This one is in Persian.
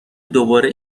دوباره